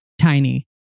tiny